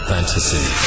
Fantasy